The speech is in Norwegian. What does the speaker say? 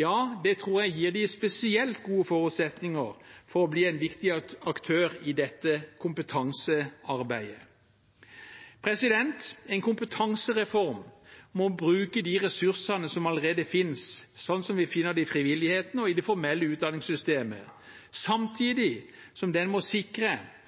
tror jeg gir dem spesielt gode forutsetninger for å bli en viktig aktør i dette kompetansearbeidet. En kompetansereform må bruke de ressursene som allerede finnes, slik vi finner dem i frivilligheten og i det formelle utdanningssystemet,